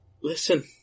Listen